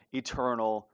eternal